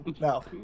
No